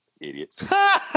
Idiots